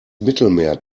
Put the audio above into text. mittelmeer